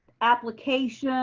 applications,